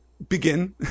Begin